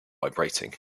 vibrating